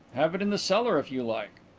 have it in the cellar if you like.